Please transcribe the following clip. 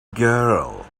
girl